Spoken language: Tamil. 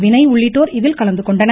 வினய் உள்ளிட்டோர் இதில் கலந்து கொண்டனர்